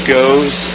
goes